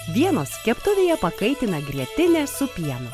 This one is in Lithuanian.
vienos keptuvėje pakaitintą grietinę su pienu